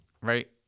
right